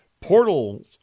Portals